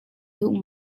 duh